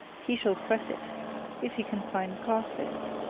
he shall press it if he can find carstairs.